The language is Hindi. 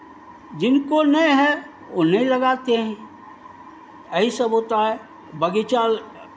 जिनको नहीं है वो नहीं लगाते हैं यही सब होता है बगीचा